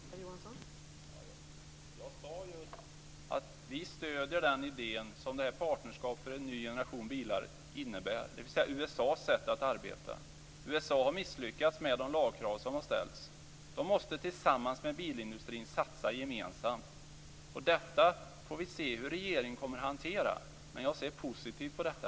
Fru talman! Jag sade just att vi stöder den idé som partnerskap för en ny generation bilar innebär, dvs. USA:s sätt att arbeta. USA har misslyckats med de lagkrav som har ställts. De måste göra en gemensam satsning med bilindustrin. Detta får vi se hur regeringen kommer att hantera. Men jag ser positivt på detta.